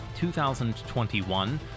2021